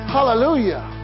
Hallelujah